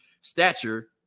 stature